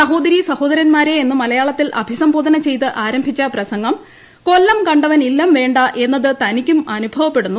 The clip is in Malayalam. സഹോദരീ സഹോദരന്മാരെ എന്ന് മലയാളത്തിൽ അഭിസംബോധന ചെയ്ത് ആരംഭിച്ച പ്രസംഗം കൊല്ലം കണ്ടവനില്ലം വേണ്ട എന്നത് തനിക്കും അനുഭവപ്പെടുന്നു